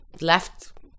left